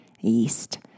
East